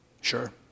Sure